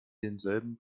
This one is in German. denselben